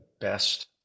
best